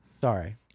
Sorry